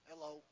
Hello